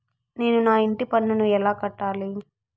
నేను నా ఇంటి పన్నును ఎలా కట్టాలి?